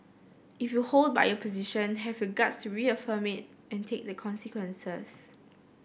if you hold by your position have your guts to reaffirm it and take the consequences